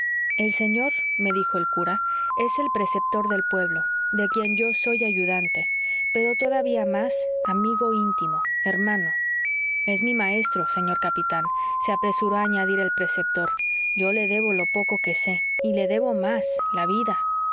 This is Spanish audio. el señor me dijo el cura es el preceptor del pueblo de quien yo soy ayudante pero todavía más amigo íntimo hermano es mi maestro señor capitán se apresuró a añadir el preceptor yo le debo lo poco que sé y le debo más la vida